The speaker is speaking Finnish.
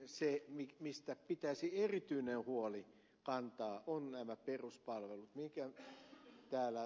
ensinnäkin se mistä pitäisi erityinen huoli kantaa ovat nämä peruspalvelut mihinkä ed